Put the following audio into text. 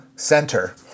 center